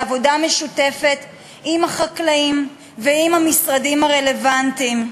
בעבודה משותפת עם החקלאים ועם המשרדים הרלוונטיים.